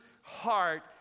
heart